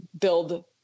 build